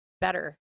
better